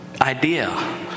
idea